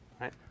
right